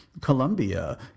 Colombia